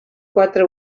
quatre